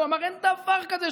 הוא אמר: אין דבר כזה.